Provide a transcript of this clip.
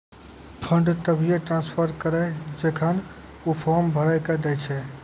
fund तभिये transfer करऽ जेखन ऊ फॉर्म भरऽ के दै छै